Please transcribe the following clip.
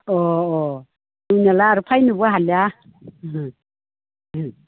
अ अ मोनाब्ला आरो फैनोबो हालिया अ